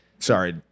Sorry